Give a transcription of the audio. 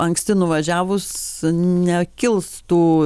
anksti nuvažiavus nekils tų